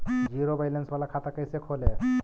Zero balance बाला खाता कैसे खोले?